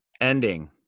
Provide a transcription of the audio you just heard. Ending